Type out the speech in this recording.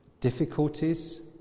difficulties